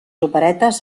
operetes